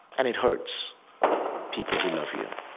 and it hurts people who love you